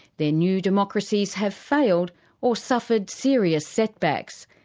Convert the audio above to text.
their new democracies have failed or suffered serious setbacks.